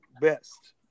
best